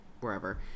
wherever